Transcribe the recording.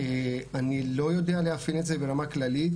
אני לא יודע לאפיין את זה ברמה כללית,